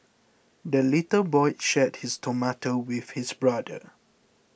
the little boy shared his tomato with his brother